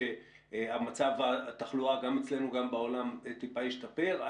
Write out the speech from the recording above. שמצב התחלואה גם אצלנו וגם בעולם טיפה ישתפר,